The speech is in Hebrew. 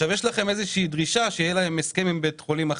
יש לכם דרישה שיהיה להם הסכם עם בית חולים אחר,